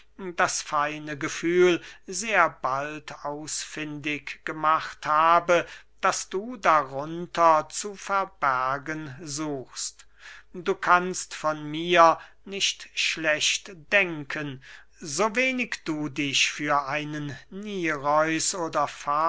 das feine gefühl sehr bald ausfindig gemacht habe das du darunter zu verbergen suchst du kannst von mir nicht schlecht denken so wenig du dich für einen nireus oder